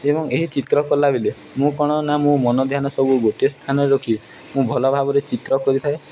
ଏବଂ ଏହି ଚିତ୍ର କଲାବେେଲେ ମୁଁ କ'ଣ ନା ମୁଁ ମନ ଧ୍ୟାନ ସବୁ ଗୋଟେ ସ୍ଥାନ ରଖି ମୁଁ ଭଲ ଭାବରେ ଚିତ୍ର କରିଥାଏ